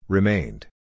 Remained